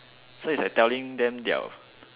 so is like telling them their